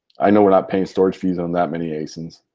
i know we're not paying storage fees on that many asins.